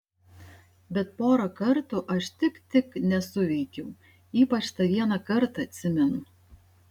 bet porą kartų aš tik tik nesuveikiau ypač tą vieną kartą atsimenu